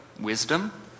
wisdom